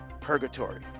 purgatory